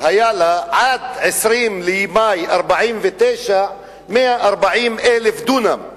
היו לה עד 20 במאי 1949 140,000 דונם.